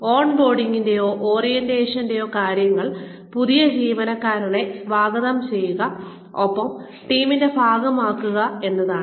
on ബോർഡിംഗിന്റെയോ ഓറിയന്റേഷന്റെയോ ഉദ്ദേശ്യങ്ങൾ പുതിയ ജീവനക്കാരനെ സ്വാഗതം ചെയ്യുക ഒപ്പം ടീമിന്റെ ഭാഗവുമാക്കുക എന്നതാണ്